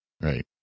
Right